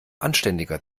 anständiger